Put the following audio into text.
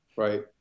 Right